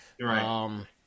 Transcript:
right